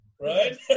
Right